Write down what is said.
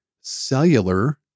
cellular